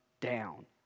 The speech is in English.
down